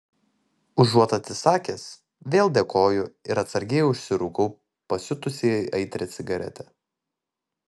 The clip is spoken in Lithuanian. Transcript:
užuot atsisakęs vėl dėkoju ir atsargiai užsirūkau pasiutusiai aitrią cigaretę